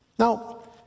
Now